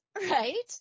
right